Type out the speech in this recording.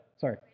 Sorry